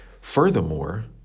furthermore